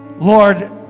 Lord